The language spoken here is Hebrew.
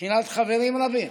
ומבחינת חברים רבים